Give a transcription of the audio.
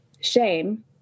shame